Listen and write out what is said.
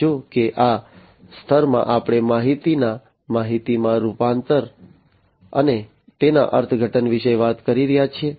જો કે આ સ્તરમાં આપણે માહિતીના માહિતીમાં રૂપાંતર અને તેના અર્થઘટન વિશે વાત કરી રહ્યા છીએ